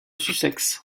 sussex